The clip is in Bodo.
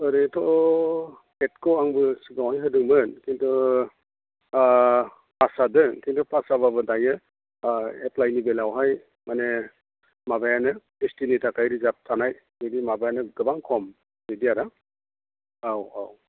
ओरैनोथ' टेटखौ आबो सिगाङावहाय होदोंमोन खिन्थु पास जादों खिन्थु पास जाब्लाबो दायो एप्लाइनि बेलायावहाय माने माबायानो एसटिनि थाखाय रिजार्भ थानाय बिदि माबायानो गोबां खम बिदि आरो औ औ